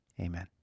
amen